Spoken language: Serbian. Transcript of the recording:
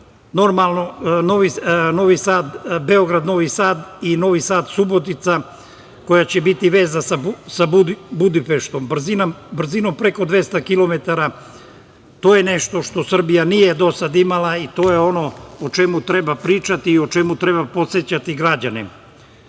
Novi Sad – Beograd i Novi Sad – Subotica koja će biti veza sa Budimpeštom brzinom preko 200 kilometara. To je nešto što Srbija nije do sada imala i to je ono o čemu treba pričati i o čemu treba podsećati građane. Takođe,